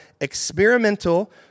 Experimental